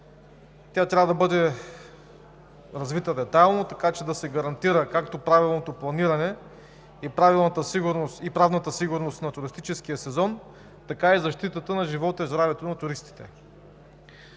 Тя трябва да бъде развита детайлно, така че да се гарантира както правилното планиране и правната сигурност на туристическия сезон, така и защитата на живота и здравето на туристите.